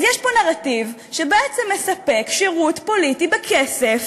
אז יש פה נרטיב שבעצם מספק שירות פוליטי בכסף